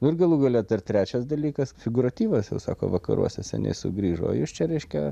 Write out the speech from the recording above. nu ir galų gale tas trečias dalykas figūratyvas jau sako vakaruose seniai sugrįžo jūs čia reiškia